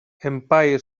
empire